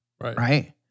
Right